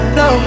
no